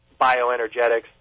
bioenergetics